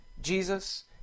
Jesus